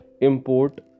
import